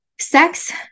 Sex